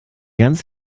ganz